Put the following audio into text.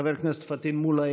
חבר הכנסת פטין מולא,